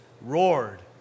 roared